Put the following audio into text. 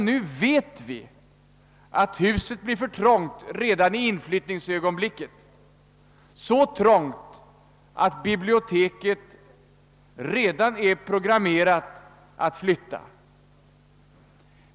Vi vet att huset blir för trångt redan i inflyttningsögonblicket, så trångt att biblioteket är programmerat att flytta.